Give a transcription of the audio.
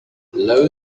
low